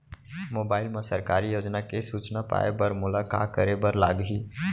mobile मा सरकारी योजना के सूचना पाए बर मोला का करे बर लागही